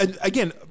Again